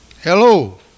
Hello